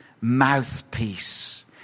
mouthpiece